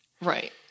Right